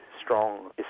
strong